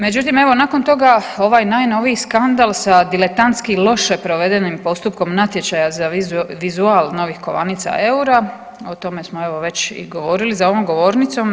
Međutim, evo nakon toga ovaj najnoviji skandal sa diletantski loše provedenim postupkom natječaja za vizual novih kovanica eura, o tome smo evo već i govorili za ovom govornicom.